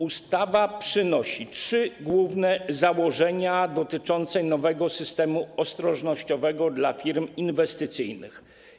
Ustawa przynosi trzy główne założenia dotyczące nowego systemu ostrożnościowego dla firm inwestycyjnych.